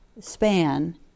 span